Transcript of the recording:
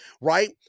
right